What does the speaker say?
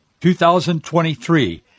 2023